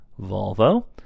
Volvo